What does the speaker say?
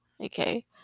okay